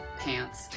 pants